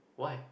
why